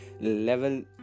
level